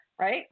Right